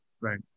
right